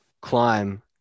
climb